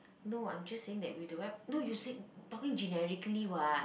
no I'm just saying that with the right no you said talking generically [what]